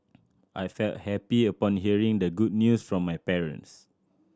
I felt happy upon hearing the good news from my parents